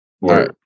Right